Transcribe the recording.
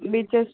beaches